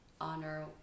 honor